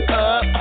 up